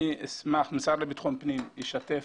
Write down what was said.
המשרד לביטחון פנים ישתף